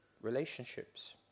Relationships